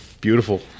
beautiful